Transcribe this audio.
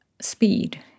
speed